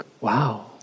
wow